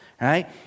right